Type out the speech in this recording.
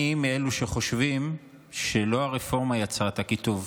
אני מאלו שחושבים שלא הרפורמה יצרה את הקיטוב.